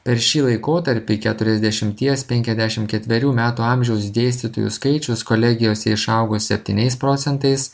per šį laikotarpį keturiasdešimties penkiasdešim ketverių metų amžiaus dėstytojų skaičius kolegijose išaugo septyniais procentais